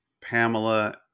Pamela